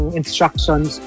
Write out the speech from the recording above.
instructions